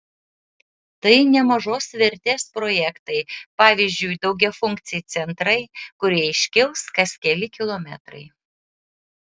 tai nemažos vertės projektai pavyzdžiui daugiafunkciai centrai kurie iškils kas keli kilometrai